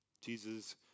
Jesus